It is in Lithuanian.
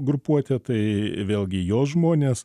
grupuotė tai vėlgi jos žmonės